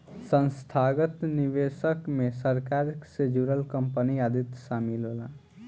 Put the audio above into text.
संस्थागत निवेशक मे सरकार से जुड़ल कंपनी आदि शामिल होला